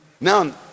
now